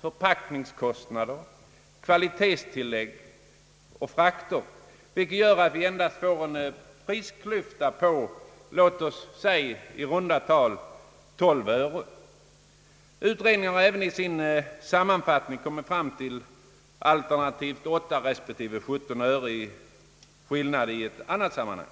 förpackningskostnader, kvalitetstillägg och frakter, vilket gör att vi endast får en prisklyfta på cirka 12 öre. Utredningen har även i sin sammanfattning kommit fram till alternativet 8 respektive 17 öre i skillnad i ett annat sammanhang.